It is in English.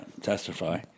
Testify